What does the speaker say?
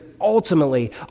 ultimately